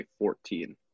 2014